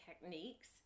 techniques